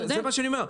זה מה שאני אומר.